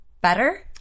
better